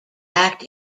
act